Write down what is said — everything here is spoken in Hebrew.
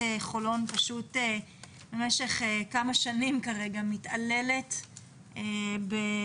חולון פשוט במשך כמה שנים מתעללת בגננת.